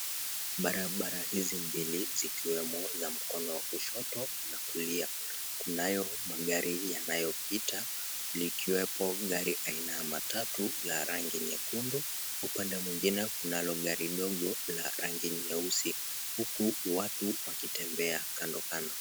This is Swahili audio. Barabara hizi mbili zikiwemo za mkono wa kushoto na kulia. Kunayo magari yanayopita, likiwepo gari aina ya matatu la rangi nyekundu. Upande mwingine kunalo gari dogo la rangi nyeusi, huku watu wakitembea kando kando.